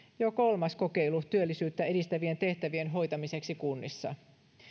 jo kolmas kokeilu työllisyyttä edistävien tehtävien hoitamiseksi kunnissa